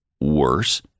worse